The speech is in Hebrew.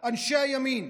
גם אנשי הימין,